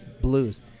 blues